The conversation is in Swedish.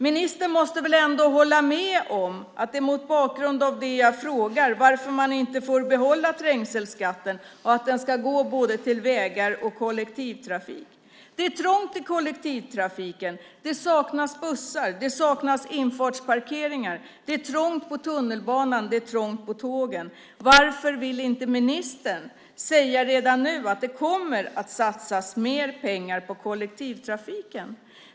Ministern måste väl hålla med om att trängselskatten, mot bakgrund av det jag frågar - varför man inte får behålla den - ska gå både till vägar och kollektivtrafik. Det är trångt i kollektivtrafiken. Det saknas bussar. Det saknas infartsparkeringar. Det är trångt i tunnelbanan. Det är trångt på tågen. Varför vill inte ministern redan nu säga att det kommer att satsas mer pengar på kollektivtrafiken?